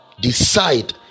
decide